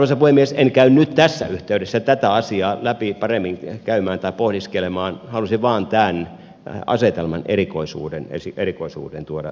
en käy nyt tässä yhteydessä tätä asiaa paremmin käymään läpi tai pohdiskelemaan halusin vain tämän asetelman erikoisuuden tuoda esille